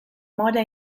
moda